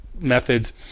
methods